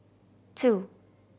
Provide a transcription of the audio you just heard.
two